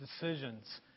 decisions